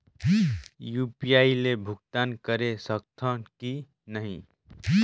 UPI ले भुगतान करे सकथन कि नहीं?